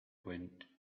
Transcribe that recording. went